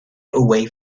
away